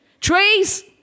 trees